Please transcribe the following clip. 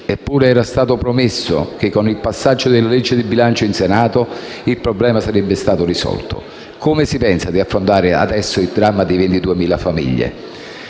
Eppure era stato promesso che, con il passaggio della legge di bilancio in Senato, il problema sarebbe stato risolto. Come si pensa di affrontare adesso il dramma di 22.000 famiglie?